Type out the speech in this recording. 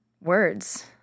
words